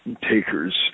takers